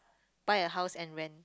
buy a house and rent